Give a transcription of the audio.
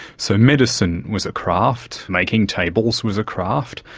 so medicine was a craft, making tables was a craft,